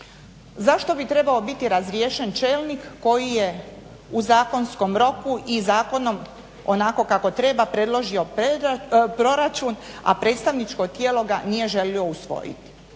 Zašto bi trebao biti razriješen čelnik koji je u zakonskom roku i zakonom onako kako treba predložio proračun, a predstavničko tijelo ga nije želio usvojiti?